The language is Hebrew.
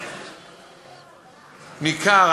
ניכר,